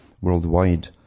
worldwide